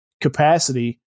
capacity